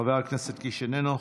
חבר הכנסת קיש, איננו,